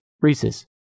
Reese's